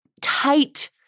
tight